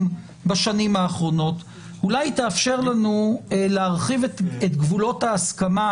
בשנים האחרונות אולי היא תאפשר לנו להרחיב את גבולות ההסכמה,